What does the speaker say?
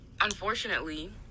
unfortunately